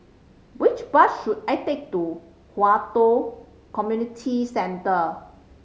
which bus should I take to Hwi Yoh Community Centre